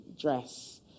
dress